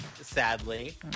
sadly